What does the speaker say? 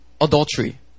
adultery